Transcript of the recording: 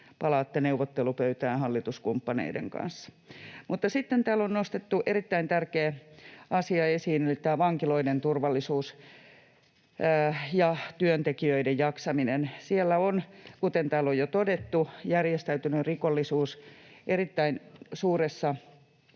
palaatte neuvottelupöytään hallituskumppaneiden kanssa. Sitten täällä on nostettu esiin erittäin tärkeä asia eli vankiloiden turvallisuus ja työntekijöiden jaksaminen. Siellä on, kuten täällä on jo todettu, järjestäytynyt rikollisuus erittäin suuressa